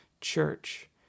Church